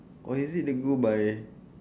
or is it they go by